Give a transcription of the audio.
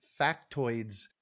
factoids